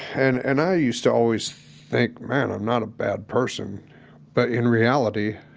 and and i used to always think, man, i'm not a bad person but in reality,